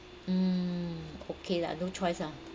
mm okay lah no choice ah